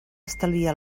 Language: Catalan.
estalvia